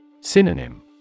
Synonym